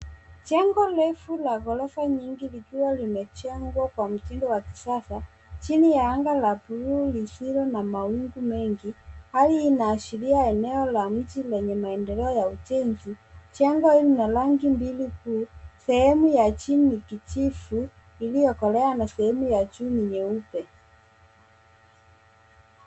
Jengo refu la ghorofa nyingi likiwa limejengwa kwa mtindo wa kisasa chini ya anga la bluu lisilo na mawingu mengi. Hali hii inaashiria eneo la mji lenye maendeleo ya ujenzi. Jengo hili lina rangi mbili kuu, sehemu ya chini ni kijivu iliyokolea na sehemu ya juu ni nyeupe.